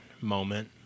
moment